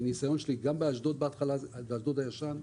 מהניסיון שלי גם בנמל חיפה הישן,